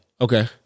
Okay